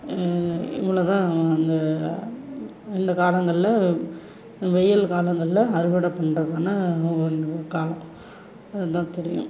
இவ்வளோதான் அந்த இந்த காலங்களில் வெயில் காலங்களில் அறுவடை பண்ணுறதுனா ஒரு காலம் அதுதான் தெரியும்